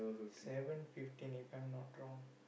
seven fifteen if I'm not wrong